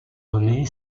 donnée